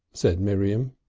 said miriam.